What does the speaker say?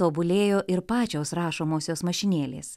tobulėjo ir pačios rašomosios mašinėlės